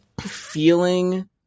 feeling